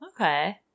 Okay